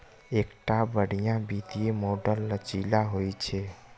एकटा बढ़िया वित्तीय मॉडल लचीला होइ छै